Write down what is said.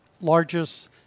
largest